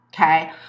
Okay